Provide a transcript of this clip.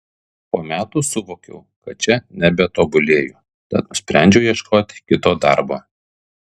po metų suvokiau kad čia nebetobulėju tad nusprendžiau ieškoti kito darbo